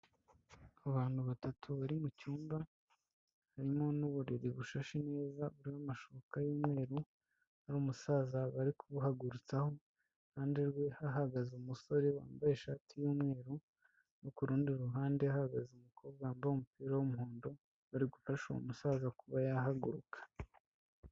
Abantu batatu bari mu cyumba, harimo n'uburiri bushashe neza buriho amashuka y'umweru, hari umusaza bari kubuhagurutsaho, iruhande rwe hahagaze umusore wambaye ishati y'umweru, no kurundi ruhande hagaze umukobwa wambaye umupira w'umuhondo, bari gufasha uwo musaza kuba yahaguruka.